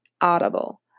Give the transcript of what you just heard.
Audible